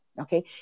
Okay